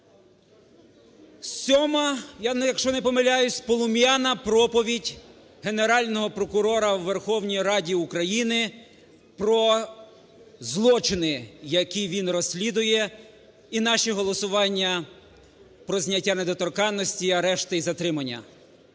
Сьома, якщо не помиляюся, полум'яна проповідь Генерального прокурора у Верховній Раді України про злочини, які він розслідує і наші голосування про зняття недоторканності, і арешти, і затримання.